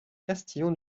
castillon